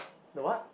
the what